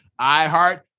iHeart